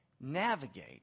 navigate